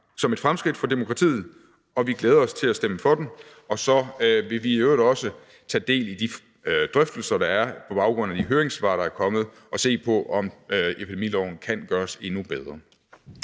som et fremskridt for demokratiet, og vi glæder os til at stemme for den. Og så vil vi i øvrigt også tage del i de drøftelser, der er, på baggrund af de høringssvar, der er kommet, og se på, om epidemiloven kan gøres endnu bedre.